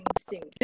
instinct